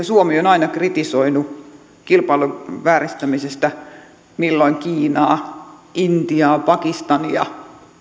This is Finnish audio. suomi on aina kritisoinut kilpailun vääristämisestä milloin kiinaa intiaa pakistania